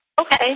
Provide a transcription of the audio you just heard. Okay